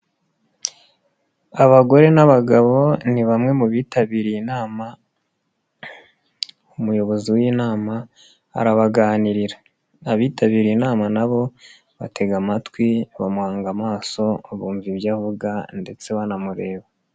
Abagore n'abagabo ni bamwe mu bitabiriye inama, umuyobozi w'inama arabaganirira. Abitabiriye inama na bo batega amatwi bamuhanga amaso bumva ibyo avuga ndetse banamureba.